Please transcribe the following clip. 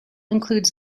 includes